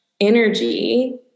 energy